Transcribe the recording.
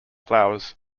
flowers